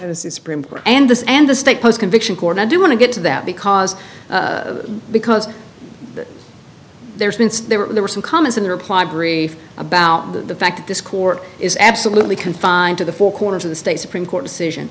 court and this and the state post conviction court i do want to get to that because because there's been there were some comments in the reply brief about the fact that this court is absolutely confined to the four corners of the state supreme court decision